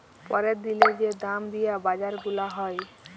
প্যরের দিলের যে দাম দিয়া বাজার গুলা হ্যয়